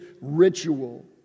ritual